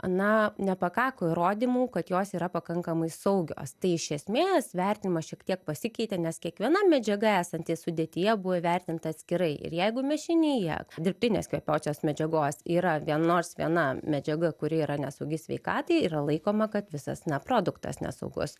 na nepakako įrodymų kad jos yra pakankamai saugios tai iš esmės vertinimas šiek tiek pasikeitė nes kiekviena medžiaga esanti sudėtyje buvo įvertinta atskirai ir jeigu mišinyje dirbtinės kvepiosios medžiagos yra vien nors viena medžiaga kuri yra nesaugi sveikatai yra laikoma kad visas na produktas nesaugus